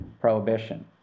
Prohibition